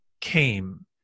came